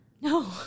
no